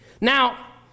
Now